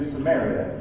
Samaria